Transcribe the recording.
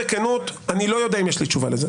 בכנות שאני לא יודע אם יש לי תשובה לזה.